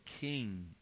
king